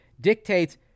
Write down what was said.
dictates